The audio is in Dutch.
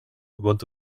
want